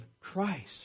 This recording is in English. christ